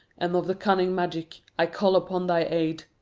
and of the cunning magic, i call upon thy aid.